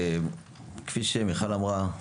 כפי שמיכל אמרה,